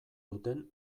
duten